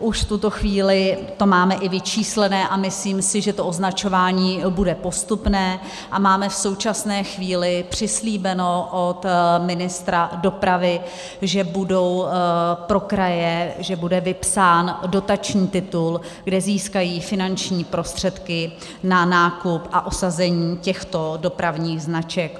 Už v tuto chvíli to máme i vyčíslené a myslím si, že to označování bude postupné, a máme v současné chvíli přislíbeno od ministra dopravy, že bude pro kraje vypsán dotační titul, kde získají finanční prostředky na nákup a osazení těchto dopravních značek.